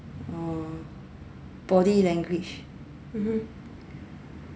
uh body language